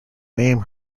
name